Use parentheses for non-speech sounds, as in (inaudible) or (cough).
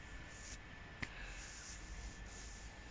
(breath)